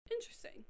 Interesting